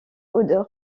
odeur